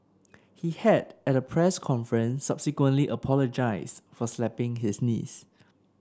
he had at a press conference subsequently apologised for slapping his niece